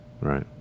right